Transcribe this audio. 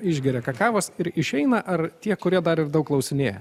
išgeria kakavos ir išeina ar tie kurie dar ir daug klausinėja